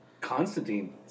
Constantine